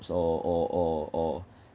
or or or or